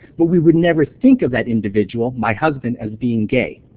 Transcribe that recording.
but we would never think of that individual, my husband, as being gay,